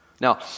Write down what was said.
now